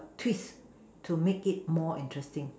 twist to make it more interesting